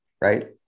right